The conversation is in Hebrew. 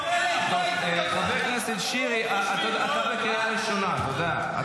חבר הכנסת שירי, אתה בקריאה ראשונה, אתה יודע.